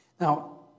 Now